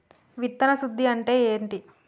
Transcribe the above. విత్తన శుద్ధి అంటే ఏంటి?